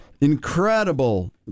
Incredible